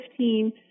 2015